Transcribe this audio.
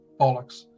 bollocks